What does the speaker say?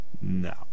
No